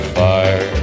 fire